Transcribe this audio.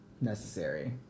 necessary